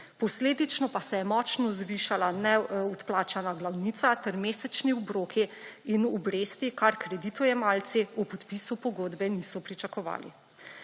Posledično pa se je močno zvišala neodplačana glavnica ter mesečni obroki in obresti, česar kreditojemalci v podpisu pogodbe niso pričakovali.